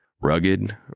rugged